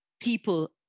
people